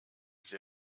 sie